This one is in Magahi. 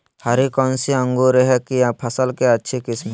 हरी कौन सी अंकुर की फसल के अच्छी किस्म है?